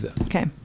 okay